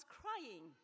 crying